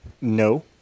No